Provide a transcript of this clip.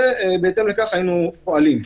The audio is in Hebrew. ובהתאם לכך היינו פועלים.